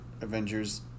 Avengers